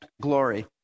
glory